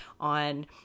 on